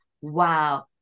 wow